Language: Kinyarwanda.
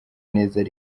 ntacyo